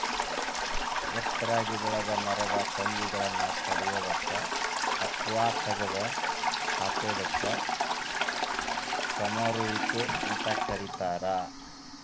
ಎತ್ತರಾಗಿ ಬೆಳೆದ ಮರದ ಟೊಂಗಿಗಳನ್ನ ಕಡಿಯೋದಕ್ಕ ಅತ್ವಾ ತಗದ ಹಾಕೋದಕ್ಕ ಸಮರುವಿಕೆ ಅಂತ ಕರೇತಾರ